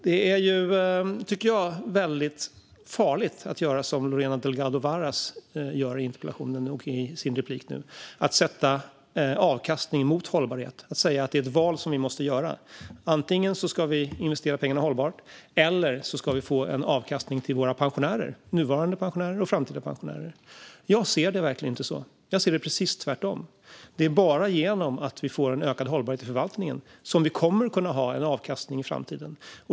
Det är, tycker jag, väldigt farligt att göra som Lorena Delgado Varas gör i interpellationen och i sitt inlägg nu - att sätta avkastning mot hållbarhet och säga att det är ett val vi måste göra. Vi ska antingen investera pengarna hållbart eller få en avkastning till våra nuvarande och framtida pensionärer. Jag ser det verkligen inte så utan precis tvärtom. Det är bara genom att få en ökad hållbarhet i förvaltningen som vi kommer att kunna ha en avkastning i framtiden.